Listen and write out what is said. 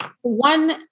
one